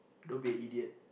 don't be an idiot